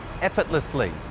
effortlessly